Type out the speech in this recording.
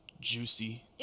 juicy